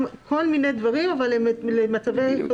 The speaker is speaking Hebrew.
גם כל מיני דברים למצבי חירום שונים.